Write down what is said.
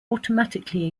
automatically